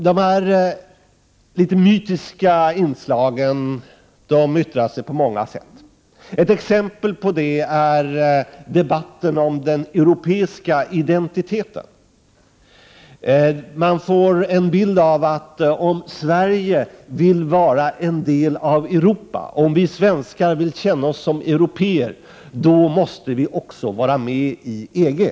Dessa litet mytiska inslag yttrar sig på många sätt. Ett exempel är debatten om den europeiska identiteten. Man får en bild av att om Sverige vill vara en del av Europa, om vi svenskar vill känna oss som européer, då måste vi också vara med i EG.